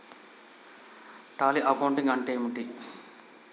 Tally accounting అంటే ఏమిటి?